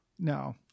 No